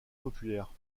populaire